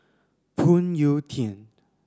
Phoon Yew Tien